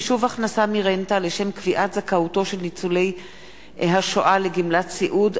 (חישוב הכנסה מרנטה לשם קביעת זכאות של ניצולי השואה לגמלת סיעוד),